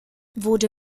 wurde